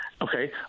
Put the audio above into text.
Okay